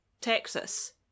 Texas